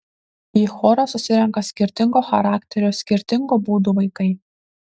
į chorą susirenka skirtingo charakterio skirtingo būdo vaikai